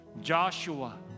Joshua